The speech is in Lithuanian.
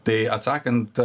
tai atsakant